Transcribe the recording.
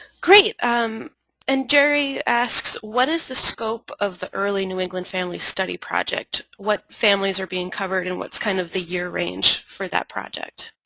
and and jerry asks what is the scope of the early new england family study project? what families are being covered and what is kind of the year range for that project?